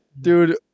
dude